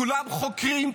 כולם חוקרים,